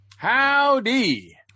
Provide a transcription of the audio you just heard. howdy